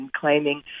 claiming